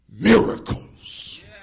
miracles